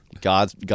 God's –